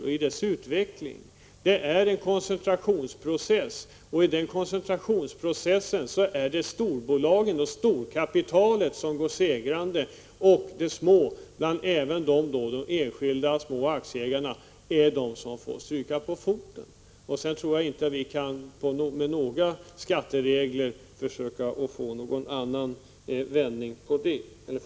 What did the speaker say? Kapitalismens utveckling är en koncentrationsprocess, och det är storbolagen och storkapitalet som går segrande ut ur den processen. De små aktieägarna, och bland dem de enskilda aktieägarna, är de som får stryka på foten. Jag tror inte att vi med hjälp av skattereglerna kan vända på det förhållandet.